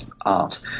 art